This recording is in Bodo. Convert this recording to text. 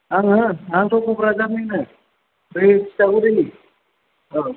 आङो आंथ' क'क्राझारनिनो बै तितागुरिनि औ